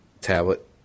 tablet